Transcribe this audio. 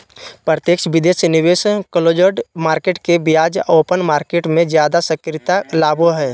प्रत्यक्ष विदेशी निवेश क्लोज्ड मार्केट के बजाय ओपन मार्केट मे ज्यादा सक्रियता लाबो हय